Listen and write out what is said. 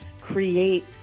create